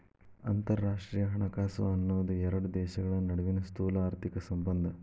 ಅಂತರರಾಷ್ಟ್ರೇಯ ಹಣಕಾಸು ಅನ್ನೋದ್ ಎರಡು ದೇಶಗಳ ನಡುವಿನ್ ಸ್ಥೂಲಆರ್ಥಿಕ ಸಂಬಂಧ